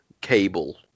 cable